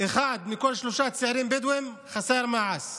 אחד מכל שלושה צעירים בדואים חסר מעש.